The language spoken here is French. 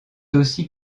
aussi